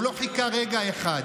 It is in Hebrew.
הוא לא חיכה רגע אחד.